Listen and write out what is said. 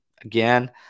again